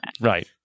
Right